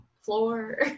floor